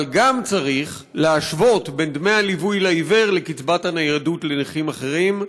אבל גם צריך להשוות בין דמי הליווי לעיוור לקצבת הניידות לנכים אחרים.